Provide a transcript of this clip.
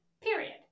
period